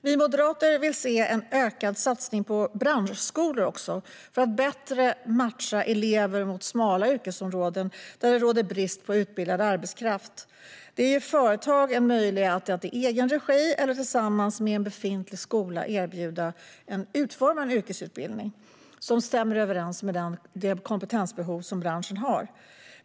Vi moderater vill se en ökad satsning på branschskolor för att bättre matcha elever mot smala yrkesområden där det råder brist på utbildad arbetskraft. Det ger företag möjlighet att i egen regi eller tillsammans med en befintlig skola utforma en yrkesutbildning som stämmer överens med det kompetensbehov som branschen har.